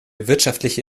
wirtschaftliche